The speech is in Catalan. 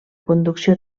conducció